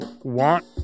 want